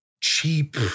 cheap